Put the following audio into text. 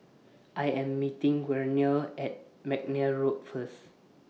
I Am meeting Werner At Mcnair Road First